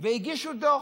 והגישו דוח.